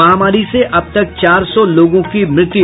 महामारी से अब तक चार सौ लोगों की मृत्यु